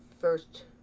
first